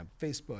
Facebook